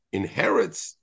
inherits